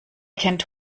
kennt